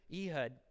Ehud